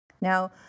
Now